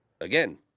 Again